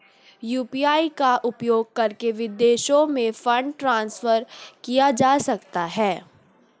UPI का उपयोग करके विदेशों में फंड ट्रांसफर किया जा सकता है?